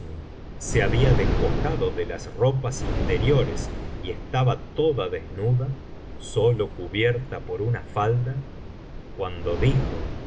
se había despojado de las ropas interiores y estaba toda desnuda sólo cubierta por una falda cuando dijo